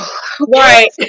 Right